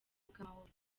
bw’amahoro